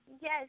Yes